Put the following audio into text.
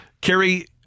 Kerry